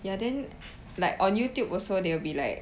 ya then like on youtube also they will be like